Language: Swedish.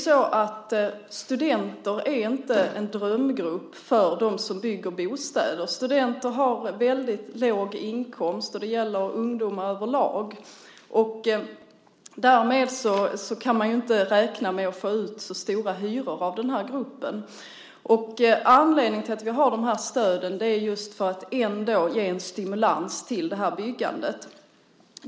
Studenter är inte en drömgrupp för dem som bygger bostäder. Studenter har väldigt låg inkomst - det gäller ungdomar överlag - och därmed kan man inte räkna med att få ut så stora hyror av den gruppen. Anledningen till att vi har de här stöden är just att ge en stimulans till detta byggande.